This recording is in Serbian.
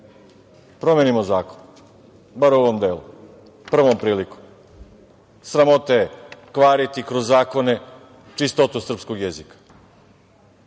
Promenimo zakon, bar u ovom delu prvom prilikom. Sramota je kvariti kroz zakone čistotu srpskog jezika. Uvek